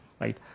right